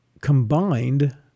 combined